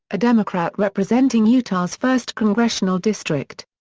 a democrat representing utah's first congressional district.